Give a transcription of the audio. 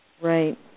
Right